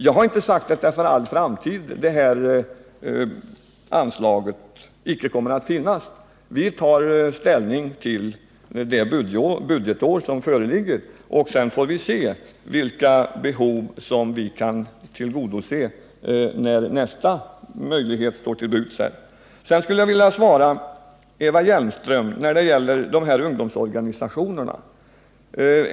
Jag har inte sagt att detta gäller för all framtid — att detta anslag aldrig kommer att finnas. Vi tar ställning till det budgetår som propositionen avser. Sedan får vi se vilka behov som vi kan tillgodose när nästa möjlighet står till buds. Sedan vill jag svara Eva Hjelmström i fråga om ungdomsorganisationerna.